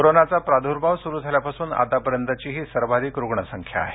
कोरोनाचा प्रादुर्भाव सुरू झाल्यापासून आतापर्यंतची ही सर्वाधिक रुग्णसंख्या आहे